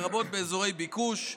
לרבות באזורי ביקוש,